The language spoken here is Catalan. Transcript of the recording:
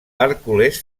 hèrcules